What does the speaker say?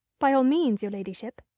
by all means, your ladyship.